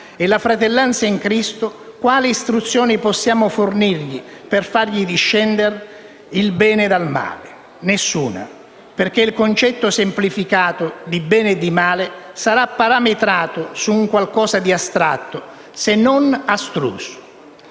e la fratellanza in Cristo, quali istruzioni possiamo fornirgli per fargli discernere il bene dal male? Nessuna. Perché il concetto, semplificato, di bene e di male, sarà parametrato su un qualcosa di astratto, se non astruso,